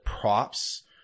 props